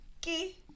key